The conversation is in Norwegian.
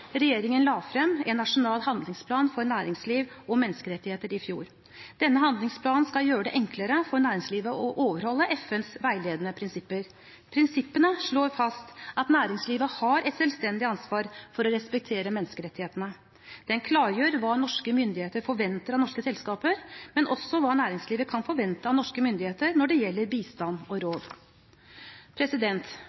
Regjeringen la frem en nasjonal handlingsplan for næringsliv og menneskerettigheter i fjor. Denne handlingsplanen skal gjøre det enklere for næringslivet å overholde FNs veiledende prinsipper. Prinsippene slår fast at næringslivet har et selvstendig ansvar for å respektere menneskerettighetene. Den klargjør hva norske myndigheter forventer av norske selskaper, men også hva næringslivet kan forvente av norske myndigheter når det gjelder bistand og